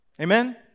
Amen